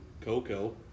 Coco